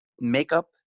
makeup